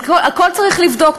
הכול צריך לבדוק.